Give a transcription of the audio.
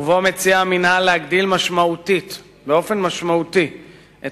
ובו מציע המינהל להגדיל באופן משמעותי את